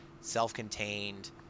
self-contained